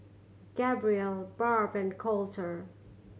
Gabrielle Barb and Colter